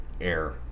air